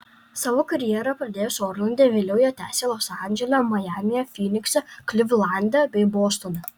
savo karjerą pradėjęs orlande vėliau ją tęsė los andžele majamyje fynikse klivlande bei bostone